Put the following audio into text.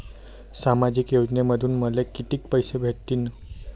सामाजिक योजनेमंधून मले कितीक पैसे भेटतीनं?